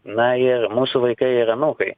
na ir mūsų vaikai ir anūkai